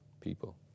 people